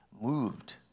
moved